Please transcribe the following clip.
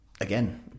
Again